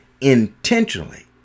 intentionally